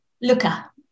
looker